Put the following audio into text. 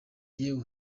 yewe